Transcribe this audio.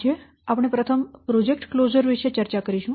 આજે આપણે પ્રથમ પ્રોજેક્ટ કલોઝર વિશે ચર્ચા કરીશું